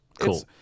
Cool